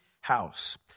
house